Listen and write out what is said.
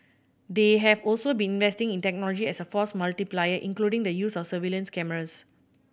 they have also been investing in technology as a force multiplier including the use of surveillance cameras